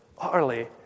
utterly